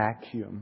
vacuum